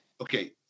okay